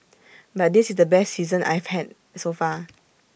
but this is the best season I have had so far